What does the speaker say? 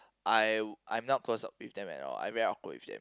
I I am not close with them at all I am very awkward with them